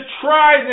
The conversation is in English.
try